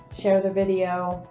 share the video,